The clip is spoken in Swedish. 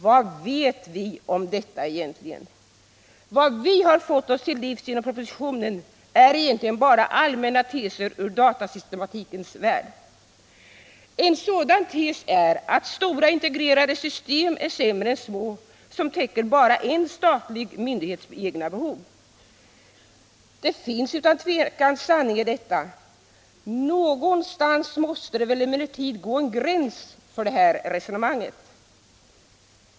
Vad vet vi om detta egentligen? Vad vi har fått oss till livs genom propositionen är bara allmänna teser ur datasystematikens Nr 80 värld. Onsdagen den En sådan tes är att stora integrerade system är sämre än små som täcker 15 februari 1978 bara en statlig myndighets egna behov. Det finns utan tvekan mycket sanning i detta. Någonstans måste det emellertid gå en gräns för det här resonemanget.